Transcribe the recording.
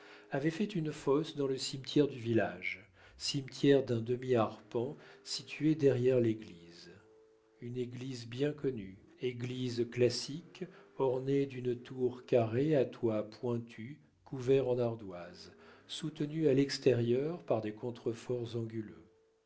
avait fait une fosse dans le cimetière du village cimetière d'un demi-arpent situé derrière l'église une église bien connue église classique ornée d'une tour carrée à toit pointu couvert en ardoise soutenue à l'extérieur par des contreforts anguleux